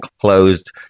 closed